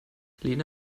lena